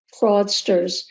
fraudsters